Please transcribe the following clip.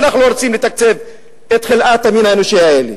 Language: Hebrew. ואנחנו לא רוצים לתקצב את חלאת המין האנושי האלה.